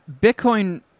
Bitcoin